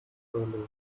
early